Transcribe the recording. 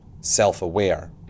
self-aware